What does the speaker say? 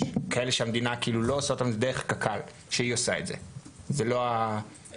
המדינה לא עושה את זה, אלא קק"ל.